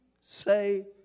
say